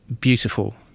beautiful